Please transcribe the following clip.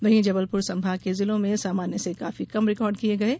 वहीं जबलपुर संभाग के जिलों में सामान्य से काफी कम रिकॉर्ड किये गये है